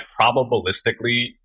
probabilistically